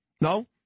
No